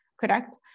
correct